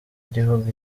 igihugu